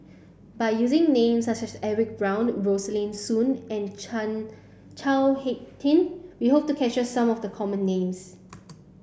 by using names such as Edwin Brown Rosaline Soon and Chao Hick Tin we hope to capture some of the common names